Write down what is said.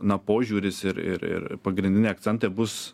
na požiūris ir ir ir pagrindiniai akcentai bus